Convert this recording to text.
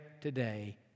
today